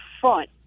front